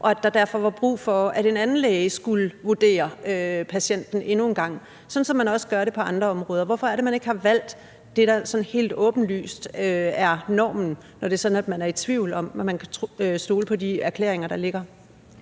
og at der derfor var brug for, at en anden læge skulle vurdere patienten endnu en gang, sådan som man også gør det på andre områder. Hvorfor er det, man ikke har valgt det, der sådan helt åbenlyst er normen, når det er sådan, at man er i tvivl om, om man kan stole på de erklæringer, der ligger?